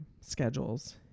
schedules